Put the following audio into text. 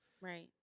Right